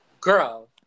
girl